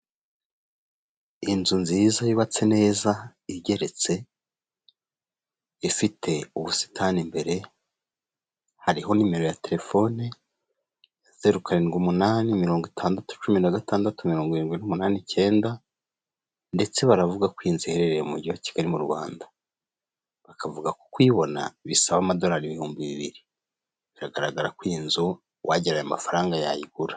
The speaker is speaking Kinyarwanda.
Inzu nziza yubatse neza, igeretse, ifite ubusitani imbere, hariho nimero ya terefone, zeru karindwi umunani mirongo itandatu cumi na gatandatu mirongo irindwi n'umuni ikenda, ndetse baravuga ko inzu iherereye mujyi wa Kigali mu Rwanda bakavuga ko kuyibona bisaba amadorari ibihumbi bibiri, bigaragara ko iyi nzu uwagira aya mafaranga yayigura.